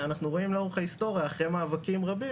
אנחנו רואים לאורך ההיסטוריה אחרי מאבקים רבים,